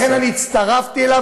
לא, את שואלת אותו, את לא משיבה לו.